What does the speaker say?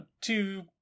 two